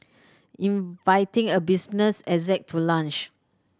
inviting a business exec to lunch